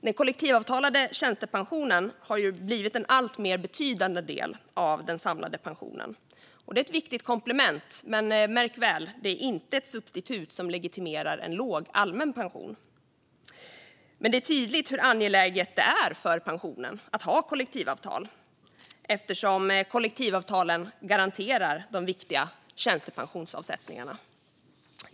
Den kollektivavtalade tjänstepensionen har blivit en alltmer betydande del av den samlade pensionen. Den är ett viktigt komplement men, märk väl, inte ett substitut som legitimerar en låg allmän pension. Dock är det tydligt hur angeläget det är för pensionen med kollektivavtal, eftersom kollektivavtalen garanterar de viktiga tjänstepensionsavsättningarna.